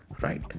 right